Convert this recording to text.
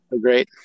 Great